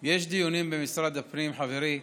חברי,